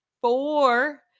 Four